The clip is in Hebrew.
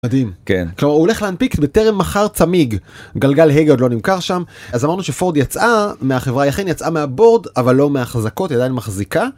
מדהים. כן. הוא הולך להנפיק בטרם מכר צמיג. גלגל הגה עוד לא נמכר שם, אז אמרנו שפורד יצאה מהחברה היחיד יצאה מהבורד אבל לא מהחזקות, היא עדיין מחזיקה,